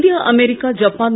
India America Japan ம